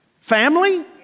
family